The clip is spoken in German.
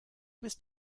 bist